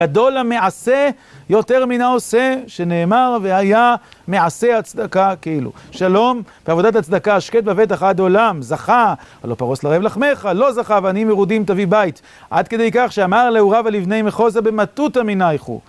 גדול המעשה יותר מן העושה, שנאמר: והיה מעשה הצדקה כאילו. שלום ועבודת הצדקה, השקט ובטח עד עולם, זכה, הלא פרס לרעב לחמך, לא זכה, ועניים מרודים תביא בית. עד כדי כך שאמר להו רבא לבני מחוזא במטותא מינייכו.